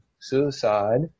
suicide